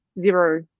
zero